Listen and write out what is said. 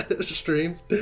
streams